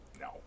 no